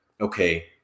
okay